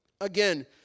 Again